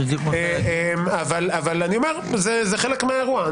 זה חלק מהאירוע.